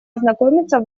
ознакомиться